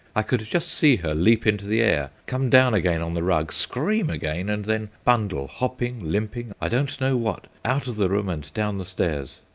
i could just see her leap into the air, come down again on the rug, scream again, and then bundle, hopping, limping i don't know what out of the room and down the stairs.